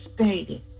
stated